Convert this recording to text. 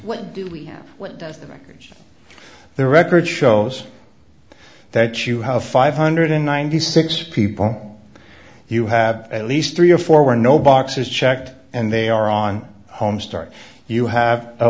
on the record shows that you have five hundred and ninety six people you have at least three or four were no boxes checked and they are on home start you have